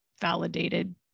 validated